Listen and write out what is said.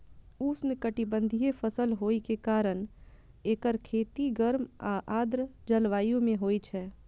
उष्णकटिबंधीय फसल होइ के कारण एकर खेती गर्म आ आर्द्र जलवायु मे होइ छै